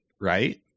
right